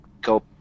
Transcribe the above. go